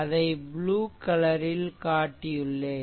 அதை ப்ளூ கலரில் காட்டியுள்ளேன்